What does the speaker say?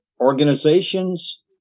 organizations